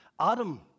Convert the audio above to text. Adam